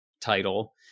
title